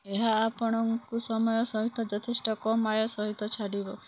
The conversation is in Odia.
ଏହା ଆପଣଙ୍କୁ ସମୟ ସହିତ ଯଥେଷ୍ଟ କମ୍ ଆୟ ସହିତ ଛାଡ଼ିବ